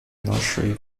нашої